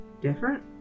different